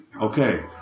Okay